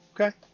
Okay